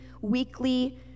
weekly